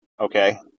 okay